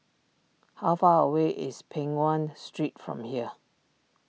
how far away is Peng Nguan Street from here